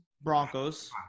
Broncos